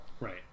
Right